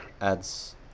adds